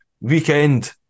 weekend